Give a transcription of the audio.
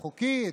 החוקית,